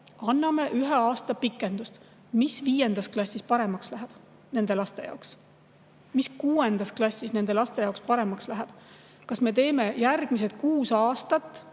anname ühe aasta pikendust. Mis viiendas klassis paremaks läheb nende laste jaoks? Mis kuuendas klassis nende laste jaoks paremaks läheb? Kas me teeme järgmised kuus aastat